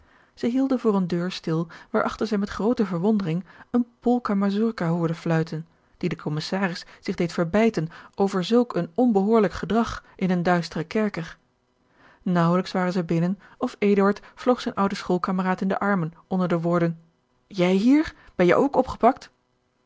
zij hielden voor eene deur stil waarachter zij met groote verwondering eene polka mazurka hoorden fluiten die den commissaris zich deed verbijten over zulk een onbehoorlijk gedrag in een duisteren kerker naauwelijks waren zij binnen of eduard vloog zijn ouden schoolkameraad in de armen onder de woorden jij hier ben je ook opgepakt